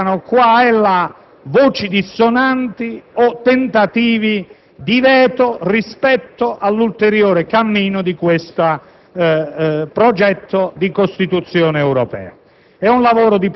emergano qua e là voci dissonanti o tentativi di veto rispetto all'ulteriore cammino di questo progetto. È un lavoro